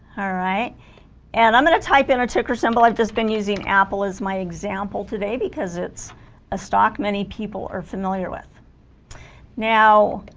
alright and i'm gonna type in a ticker symbol i've just been using apple as my example today because it's a stock many people are familiar with now